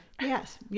Yes